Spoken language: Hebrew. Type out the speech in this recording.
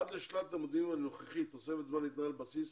עד לשנת הלימודים הנוכחית תוספת זו ניתנה על בסיס